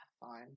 fine